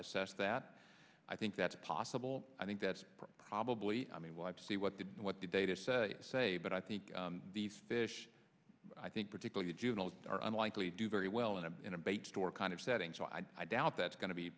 assess that i think that's possible i think that's probably i mean we'll have to see what the what the data say say but i think these fish i think particularly juveniles are unlikely to do very well in a in a bait store kind of setting so i doubt that's go